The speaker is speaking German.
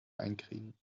einkriegen